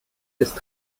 ist